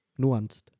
nuanced